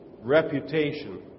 reputation